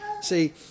see